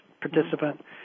participant